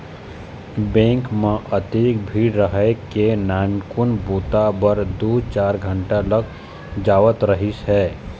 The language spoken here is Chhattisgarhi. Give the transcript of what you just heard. बेंक म अतेक भीड़ रहय के नानकुन बूता बर दू चार घंटा लग जावत रहिस हे